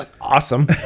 awesome